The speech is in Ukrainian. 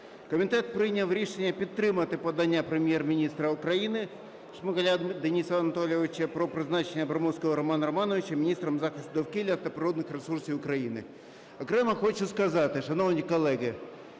Комітет прийняв рішення підтримати подання Прем'єр-міністра України Шмигаля Дениса Анатолійовича про призначення Абрамовського Романа Романовича міністром захисту довкілля та природних ресурсів України. Окремо хочу сказати, шановні колеги,